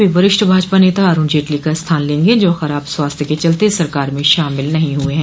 वे वरिष्ठ भाजपा नेता अरुण जेटली का स्थान लेंगे जो खराब स्वास्थ्य के चलते सरकार में शामिल नहीं हुए हैं